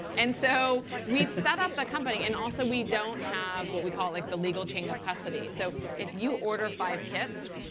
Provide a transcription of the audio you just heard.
and so we've set up the company. and also, we don't have what we call like the legal chain of custody. so if you order five kits,